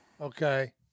okay